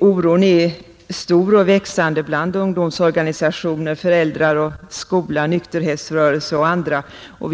Oron är stor och växande bland ungdomsorganisationer, föräldrar, i skola, nykterhetsrörelse och andra grupper.